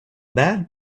bad